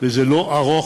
וזה לא ארוך,